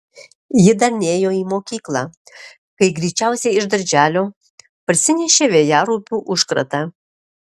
ji dar nėjo į mokyklą kai greičiausiai iš darželio parsinešė vėjaraupių užkratą